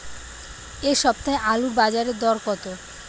এ সপ্তাহে আলুর বাজারে দর কত?